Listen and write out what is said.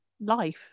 life